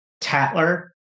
Tattler